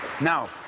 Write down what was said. Now